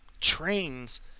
trains